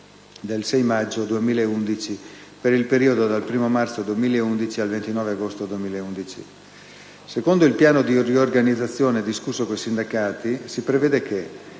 del 6 maggio 2011 per il periodo dal 1° marzo 2011 al 29 agosto 2011. Secondo il piano di riorganizzazione discusso con i sindacati si prevede che,